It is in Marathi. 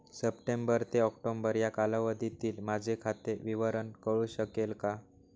सप्टेंबर ते ऑक्टोबर या कालावधीतील माझे खाते विवरण कळू शकेल का?